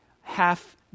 half